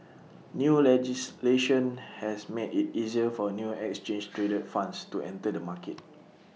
new legislation has made IT easier for new exchange traded funds to enter the market